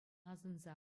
асӑнса